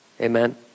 Amen